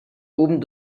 oben